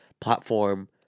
platform